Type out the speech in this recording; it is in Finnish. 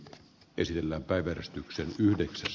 asian käsittely keskeytetään